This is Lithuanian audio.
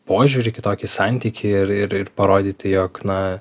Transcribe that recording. požiūrį kitokį santykį ir ir ir parodyti jog na